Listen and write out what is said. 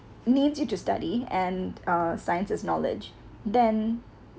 need you to study uh science is knowledge then